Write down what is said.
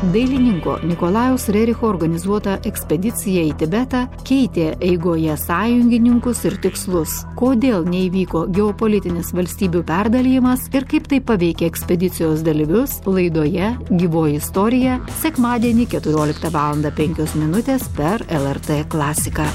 dailininko nikolajaus rericho organizuota ekspedicija į tibetą keitė eigoje sąjungininkus ir tikslus kodėl neįvyko geopolitinis valstybių perdalijimas ir kaip tai paveikė ekspedicijos dalyvius laidoje gyvoji istorija sekmadienį keturioliktą valandą penkios minutės per lrt klasiką